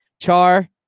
Char